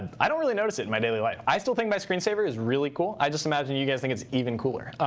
i don't really notice it in my daily life. i still think my screensaver is really cool. i just imagine you guys think it's even cooler,